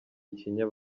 ikinya